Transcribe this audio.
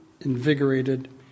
invigorated